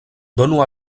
donu